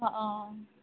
ହଁ